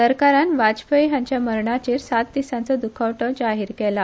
सरकारान वाजपेयी हांच्या मरणाचेर सात दिसांचो द्खवटो जाहीर केला